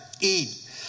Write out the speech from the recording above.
eat